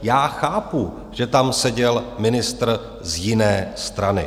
Já chápu, že tam seděl ministr z jiné strany.